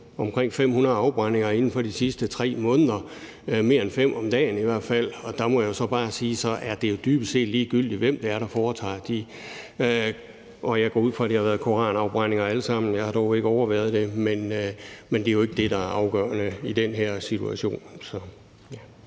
omkring 500 afbrændinger inden for de sidste 3 måneder? Det er i hvert fald mere end fem om dagen, og der må jeg jo så bare sige, at det dybest set er ligegyldigt, hvem det er, der foretager de afbrændinger, og jeg går ud fra, at det alle sammen har været koranafbrændinger. Jeg har dog ikke overværet det, men det er jo ikke det, der er afgørende i den her situation.